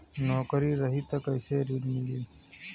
नौकरी रही त कैसे ऋण मिली?